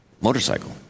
motorcycle